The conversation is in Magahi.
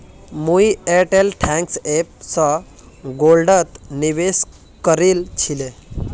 मुई एयरटेल थैंक्स ऐप स गोल्डत निवेश करील छिले